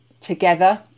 together